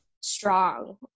strong